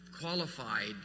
qualified